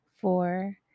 four